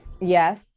Yes